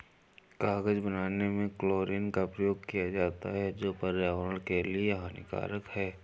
कागज बनाने में क्लोरीन का प्रयोग किया जाता है जो पर्यावरण के लिए हानिकारक है